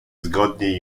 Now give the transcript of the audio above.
zgodnie